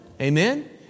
Amen